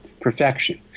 perfection